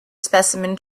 specimen